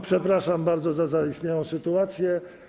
Przepraszam bardzo za zaistniałą sytuację.